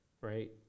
right